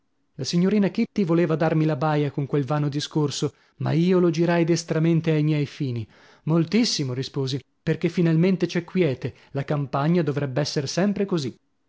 la signorina kitty voleva darmi la baia con quel vano discorso ma io lo girai destramente ai miei fini moltissimo risposi perchè finalmente c'è quiete la campagna dovrebb'esser sempre così